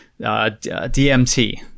DMT